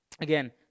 Again